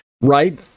Right